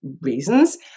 reasons